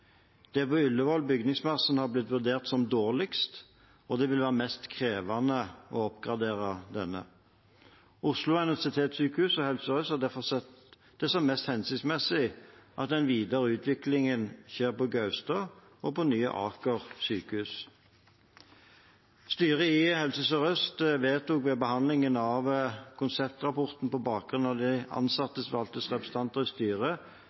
Det er på Ullevål bygningsmassen har blitt vurdert som dårligst, og det vil være mest krevende å oppgradere denne. Oslo universitetssykehus og Helse Sør-Øst har derfor sett det som mest hensiktsmessig at den videre utviklingen skjer på Gaustad og på nye Aker sykehus. Styret i Helse Sør-Øst vedtok dette ved behandlingen av konseptrapporten. De ansattes valgte representanter i styret